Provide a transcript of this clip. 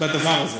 בדבר הזה,